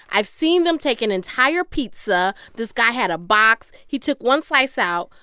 i've seen them take an entire pizza. this guy had a box, he took one slice out.